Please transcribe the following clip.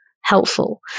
helpful